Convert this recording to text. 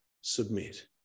Submit